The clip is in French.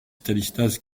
stanislas